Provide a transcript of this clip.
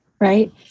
right